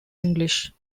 english